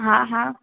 हा हा